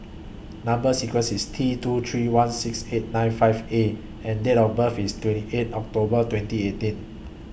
Number sequence IS T two three one six eight nine five A and Date of birth IS twenty eight October twenty eighteen